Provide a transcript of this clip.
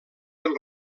del